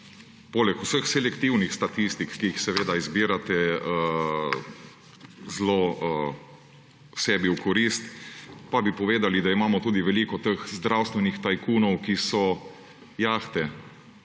Poleg vseh selektivnih statistik, ki jih izbirate zelo sebi v korist, pa bi povedali, da imamo tudi veliko teh zdravstvenih tajkunov, ki so jahte